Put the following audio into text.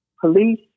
police